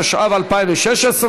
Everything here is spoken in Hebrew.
התשע"ו 2016,